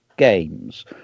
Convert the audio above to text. games